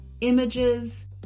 images